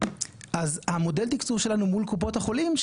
אז מודל התקצוב שלנו מול קופת החולים,